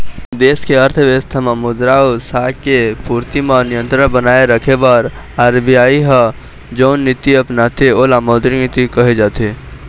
देस के अर्थबेवस्था म मुद्रा अउ साख के पूरति म नियंत्रन बनाए रखे बर आर.बी.आई ह जउन नीति अपनाथे ओला मौद्रिक नीति कहे जाथे